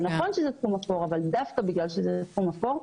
זה נכון שזה תחום אפור אבל דווקא בגלל שזה תחום אפור.